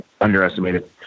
underestimated